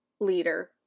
leader